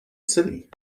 city